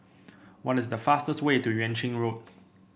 what is the fastest way to Yuan Ching Road